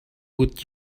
would